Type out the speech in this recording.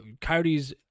coyotes